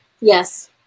yes